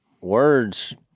Words